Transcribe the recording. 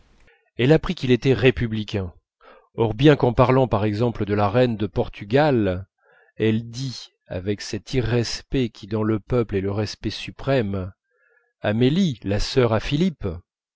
elle apprit qu'il était républicain or bien qu'en parlant par exemple de la reine de portugal elle dît avec cet irrespect qui dans le peuple est le respect suprême amélie la sœur à philippe